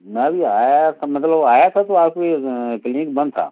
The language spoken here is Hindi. मैं अभी आया था मतलब आया था तो आप यह क्लिनिक बंद था